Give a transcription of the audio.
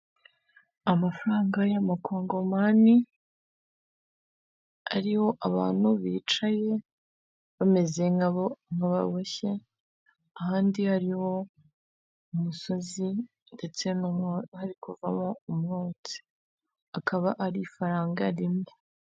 Amafaranga y'amakongomani ariho abantu bicaye bameze nk'ababoshye, ahandi hariho umusozi, ndetse harikuvamo umwotsi. Akaba ar' ifaranga rimwe.